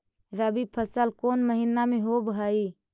रबी फसल कोन महिना में होब हई?